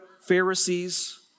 Pharisees